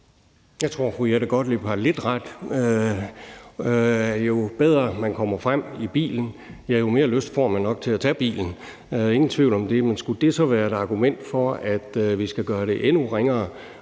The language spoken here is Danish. Jeg tror, at fru Jette Gottlieb har lidt ret. Jo lettere man kommer frem i bilen, jo mere lyst får man jo nok til at tage bilen – ingen tvivl om det. Men skulle det så være et argument for, at vi skal gøre det endnu ringere,